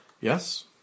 Yes